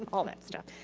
and all that stuff.